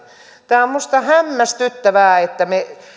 tämä on minusta hämmästyttävää että me